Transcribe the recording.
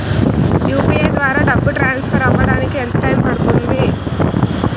UPI ద్వారా డబ్బు transfer అవ్వడానికి ఎంత టైం పడుతుంది?